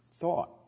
Thought